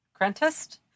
Crentist